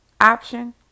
option